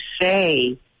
say